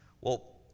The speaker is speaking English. Well-